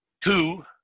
Two